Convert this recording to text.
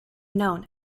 known